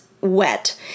wet